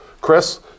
Chris